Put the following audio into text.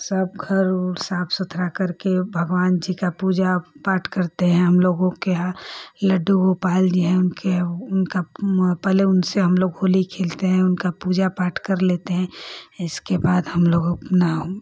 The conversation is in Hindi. सब घर ओर साफ़ सुथरा करके भगवान जी का पूजा पाठ करते हैं हम लोगों के यहाँ लड्डू गोपाल जी हैं उनके उनका पहले उनसे हम लोग होली खेलते हैं उनका पूजा पाठ कर लेते हैं इसके बाद हम लोग अपना